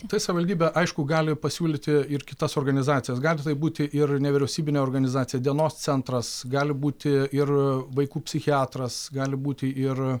tai savivaldybė aišku gali pasiūlyti ir kitas organizacijas gali tai būti ir nevyriausybinė organizacija dienos centras gali būti ir vaikų psichiatras gali būti ir